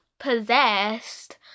possessed